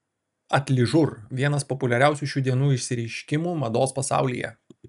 atližur vienas populiariausių šių dienų išsireiškimų mados pasaulyje